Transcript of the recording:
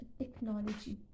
technology